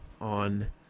on